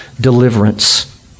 deliverance